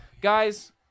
Guys